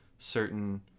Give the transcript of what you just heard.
Certain